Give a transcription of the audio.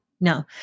no